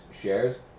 shares